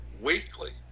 weekly